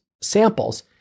samples